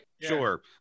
Sure